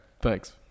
Thanks